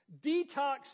detox